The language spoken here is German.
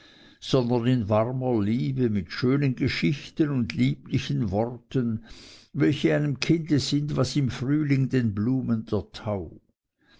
sondern in warmer liebe mit schönen geschichten und lieblichen worten welche einem kinde sind was im frühling den blumen der tau